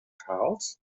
gehaald